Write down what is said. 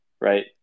Right